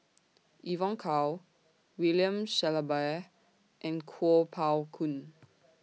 Evon Kow William Shellabear and Kuo Pao Kun